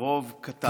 ברוב קטן.